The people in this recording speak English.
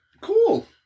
Cool